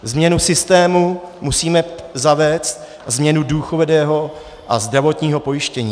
Změnu systému musíme zavést a změnu důchodového a zdravotního pojištění.